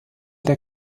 der